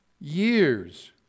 years